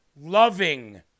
loving